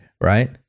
Right